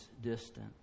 distant